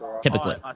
typically